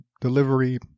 delivery